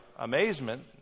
amazement